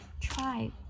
try